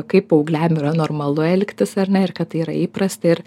kaip paaugliam yra normalu elgtis ar ne ir kad tai yra įprasta ir